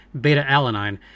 beta-alanine